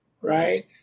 Right